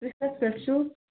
تُہۍ کتہِ پٮ۪ٹھ چھِو